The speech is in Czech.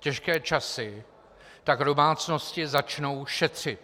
těžké časy, tak domácnosti začnou šetřit.